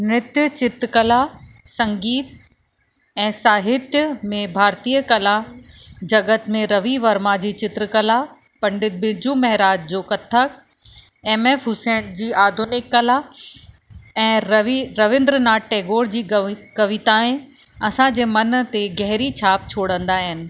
नृत्य चित्रकला संगीत ऐं साहित्य में भारतीय कला जगत में रवि वर्मा जी चित्रकला पंडित बिरजू महाराज जो कथक एम एफ़ हुसैन जी आधुनिक कला ऐं रवि रविंद्र नाथ टैगोर जी गवि कविताएं असांजे मन ते गहिरी छाप छोड़ंदा आहिनि